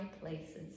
places